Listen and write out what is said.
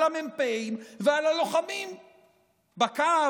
על המ"פים ועל הלוחמים בקו,